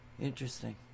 Interesting